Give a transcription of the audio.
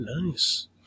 nice